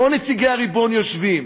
פה נציגי הריבון יושבים